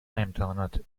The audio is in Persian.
امتحاناتت